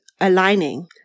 aligning